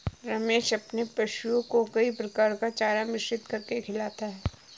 रमेश अपने पशुओं को कई प्रकार का चारा मिश्रित करके खिलाता है